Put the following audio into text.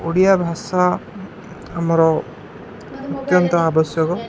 ଓଡ଼ିଆ ଭାଷା ଆମର ନିତ୍ୟାନ୍ତ ଆବଶ୍ୟକ